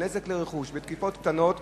בנזק לרכוש ובתקיפות קטנות